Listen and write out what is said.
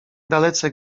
dalece